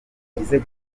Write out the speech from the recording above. bagize